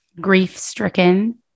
grief-stricken